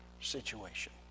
situation